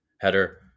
header